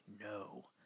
no